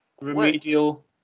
remedial